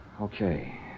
Okay